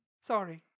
Sorry